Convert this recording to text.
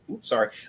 sorry